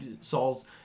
Saul's